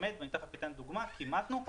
לכמת כימתנו.